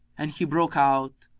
and he broke out,